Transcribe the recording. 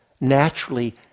naturally